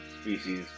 species